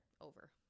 over